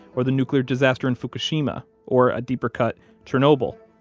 or the nuclear disaster in fukushima, or a deeper cut chernobyl?